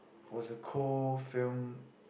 was a cold film